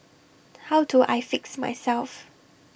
how do I fix myself